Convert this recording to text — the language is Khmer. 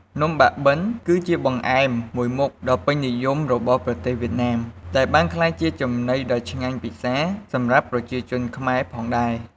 នំបាក់បិន គឺជាបង្អែមមួយមុខដ៏ពេញនិយមរបស់ប្រទេសវៀតណាម ដែលបានក្លាយជាចំណីដ៏ឆ្ងាញ់ពិសាសម្រាប់ប្រជាជនខ្មែរផងដែរ។